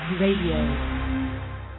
Radio